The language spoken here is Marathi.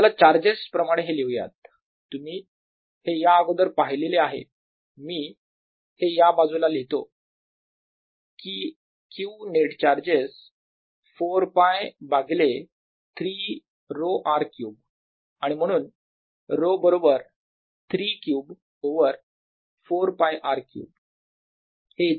E14π04π3r3r×4πr2ρdr4π3020Rr4dr4π302R55 चला चार्जेस प्रमाणे हे लिहूयात तुम्ही हे या अगोदर पाहिलेले आहे मी हे या बाजूला लिहितो की Q नेट चार्जेस 4 π भागिले 3 ρ R क्यूब आणि म्हणून ρ बरोबर 3 क्यूब ओवर 4 π R क्यूब